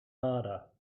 harder